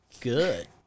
good